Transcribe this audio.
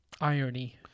irony